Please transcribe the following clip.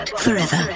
forever